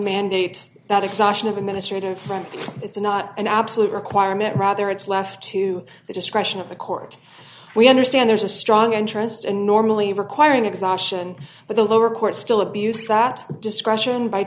mandate that exhaustion of administrative front because it's not an absolute requirement rather it's left to the discretion of the court we understand there's a strong interest in normally requiring exhaustion but the lower court still abuse that discretion by